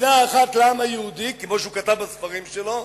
מדינה אחת לעם היהודי, כמו שהוא כתב בספרים שלו,